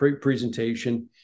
presentation